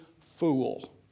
fool